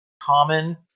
Common